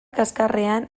kaxkarrean